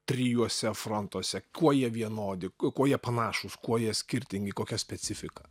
trijuose frontuose kuo jie vienodi kuo jie panašūs kuo jie skirtingi kokia specifika